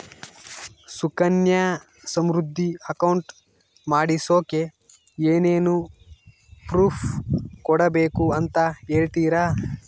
Sukanya Samriddhi account ಮಾಡಿಸೋಕೆ ಏನೇನು proof ಕೊಡಬೇಕು ಅಂತ ಹೇಳ್ತೇರಾ?